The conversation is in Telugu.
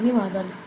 ధన్యవాదాలు